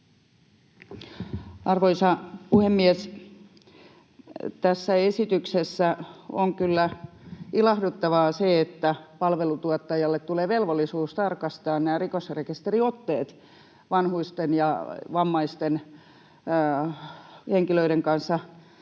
Arvoisa puhemies! Tässä esityksessä on kyllä ilahduttavaa se, että palveluntuottajalle tulee velvollisuus tarkastaa nämä rikosrekisteriotteet vanhusten ja vammaisten henkilöiden kanssa